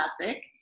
classic